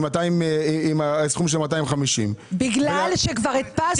בסכום של 250,000 --- בגלל שכבר הדפסנו.